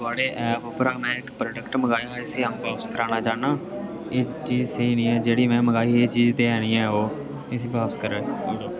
थुआढ़े ऐप परा में इक प्रोडक्ट मगाया हा इसी अ'ऊं बापस कराना चाह्न्नां एह् चीज़ सेम निं ऐ जेह्ड़ी में मंगाई ही एह् चीज़ ते ऐ निं ऐ ओह् इसी बापस करी ओड़ो